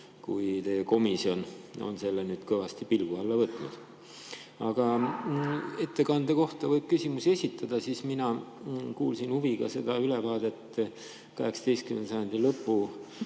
teie komisjon on selle nüüd kõvasti pilgu alla võtnud. Aga ettekande kohta võib küsimusi esitada. Mina kuulasin huviga ülevaadet 18. sajandi lõpu